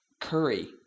curry